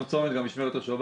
גם צומת וגם משמרת השבת,